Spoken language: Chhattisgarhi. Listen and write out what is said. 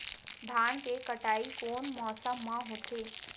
धान के कटाई कोन मौसम मा होथे?